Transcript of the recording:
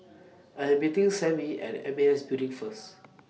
I'm meeting Sammy At M A S Building First